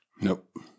Nope